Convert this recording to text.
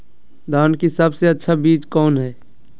धान की सबसे अच्छा बीज कौन है?